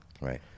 Right